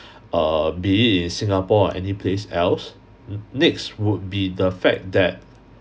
err be it in singapore or any place else next would be the fact that